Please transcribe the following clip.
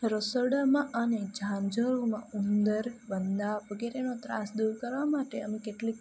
રસોડામાં અને ઝાંઝરોમાં ઉંદર વંદા વગેરેનો ત્રાસ દૂર કરવા માટે અમે કેટલીક